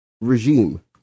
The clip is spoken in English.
regime